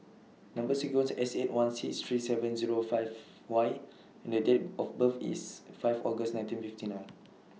Number sequence IS S eight one six three seven Zero five Y and Date of birth IS five August nineteen fifty nine